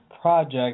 project